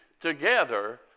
together